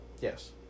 Yes